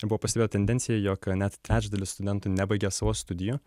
buvo pastebėta tendencija jog net trečdalis studentų nebaigia savo studijų